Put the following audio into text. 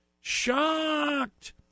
shocked